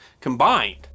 combined